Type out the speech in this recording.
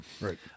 Right